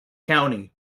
county